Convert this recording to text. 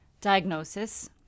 Diagnosis